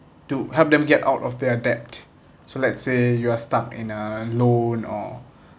to help them get out of their debt so let's say you are stuck in a loan or